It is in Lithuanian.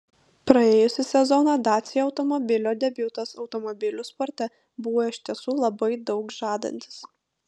praėjusį sezoną dacia automobilio debiutas automobilių sporte buvo iš tiesų labai daug žadantis